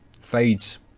fades